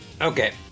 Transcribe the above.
Okay